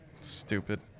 Stupid